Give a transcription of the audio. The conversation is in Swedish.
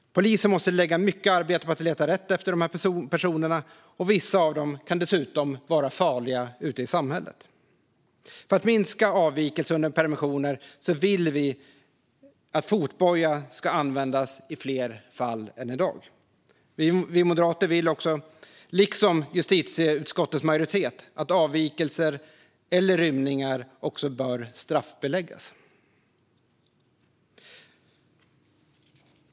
Polisen måste lägga mycket arbete på att leta efter dessa personer, och vissa av dem kan dessutom vara farliga ute i samhället. För att minska antalet avvikelser under permissioner vill vi att fotboja ska användas i fler fall än i dag. Vi moderater vill också, liksom justitieutskottets majoritet, att avvikelser och rymningar ska straffbeläggas.